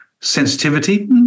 Sensitivity